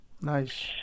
Nice